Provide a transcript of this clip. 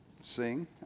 sing